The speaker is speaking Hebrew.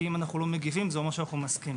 אם אנו לא מגיבים זה אומר שאנו מסכימים.